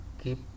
keep